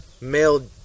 male